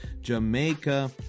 Jamaica